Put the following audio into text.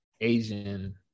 Asian